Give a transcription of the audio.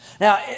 Now